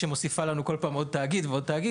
זו שמוסיפה לנו כל פעם עוד ועוד תאגיד.